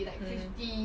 mm